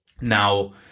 now